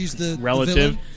relative